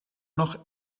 noch